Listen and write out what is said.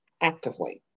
actively